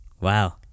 Wow